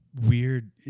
weird